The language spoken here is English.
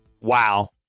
Wow